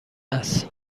است